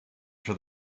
for